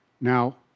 Now